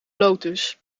lotus